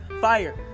fire